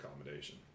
accommodation